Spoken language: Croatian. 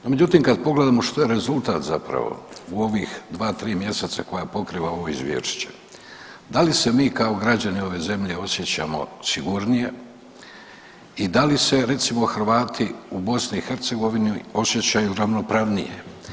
No međutim kad pogledamo što je rezultat zapravo u ovih 2-3 mjeseca koja pokriva ovo izvješće, da li se mi kao građani ove zemlje osjećamo sigurnije i da li se recimo Hrvati u BiH osjećaju ravnopravnije?